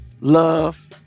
love